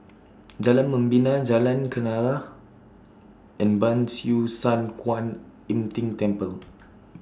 Jalan Membina Jalan Kenarah and Ban Siew San Kuan Im Tng Temple